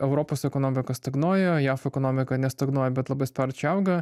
europos ekonomika stagnuoja o jav ekonomika nestagnuoja bet labai sparčiai auga